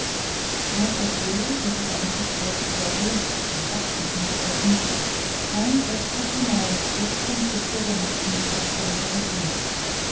meister floh der die ganze zeit über ruhig auf dem kopfkissen gesessen sprang plötzlich hinauf bis zum zipfel der nachtmütze des herrn